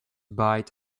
bite